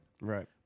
Right